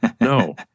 No